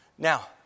Now